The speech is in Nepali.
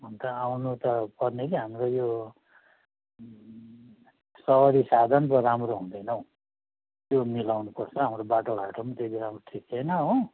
अन्त आउनु त पर्ने कि हाम्रो यो सवारी साधन पो राम्रो हुँदैन हौ त्यो मिलाउनुपर्छ हाम्रो बाटोघाटो पनि त्यति राम्रो ठिक छैन हो